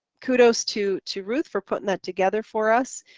kudos to to ruth for putting that together for us.